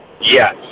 Yes